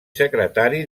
secretari